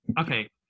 Okay